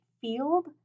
field